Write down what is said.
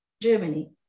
germany